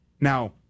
Now